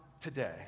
today